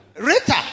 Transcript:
Rita